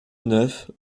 neuf